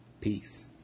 Peace